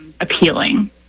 appealing